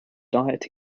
diet